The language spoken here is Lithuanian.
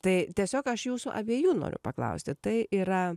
tai tiesiog aš jūsų abiejų noriu paklausti tai yra